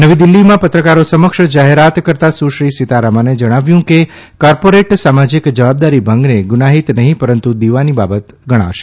નવી દિલ્ફીમાં પત્રકારો સમક્ષ જાહેરાત કરતાં સુશ્રી સીતારમણે જણાવ્યું કે ક્રોર્પોરેટ સામાજિક જવાબદારી ભંગને ગુનાઇત નહીં પરંતુ દીવાની બાબત ગણાશે